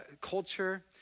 culture